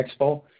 Expo